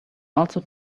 also